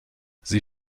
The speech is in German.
sie